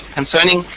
concerning